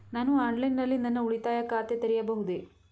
ನಾನು ಆನ್ಲೈನ್ ನಲ್ಲಿ ನನ್ನ ಉಳಿತಾಯ ಖಾತೆ ತೆರೆಯಬಹುದೇ?